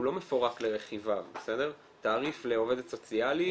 הוא לא מפורק לרכיביו תעריף לעובדת סוציאלית